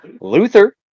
Luther